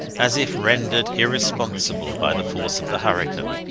as if rendered irresponsible by the force of the hurricane,